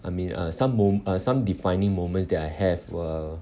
I mean uh some mo~ uh some defining moments that I have were